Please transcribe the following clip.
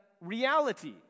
reality